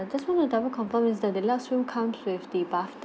I just want to double confirm is that deluxe room comes with the bath